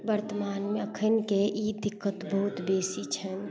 वर्तमानमे अखनके ई दिक्कत बहुत बेसी छनि